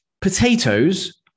Potatoes